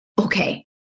okay